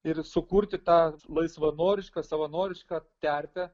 ir sukurti tą laisvanorišką savanorišką terpę